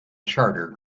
charter